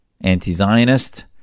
anti-Zionist